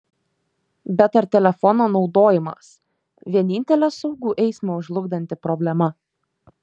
bet ar telefono naudojimas vienintelė saugų eismą žlugdanti problema